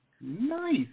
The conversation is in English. nice